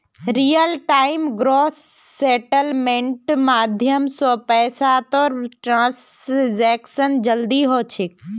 real time gross सेटलमेंटेर माध्यम स पैसातर ट्रांसैक्शन जल्दी ह छेक